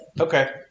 Okay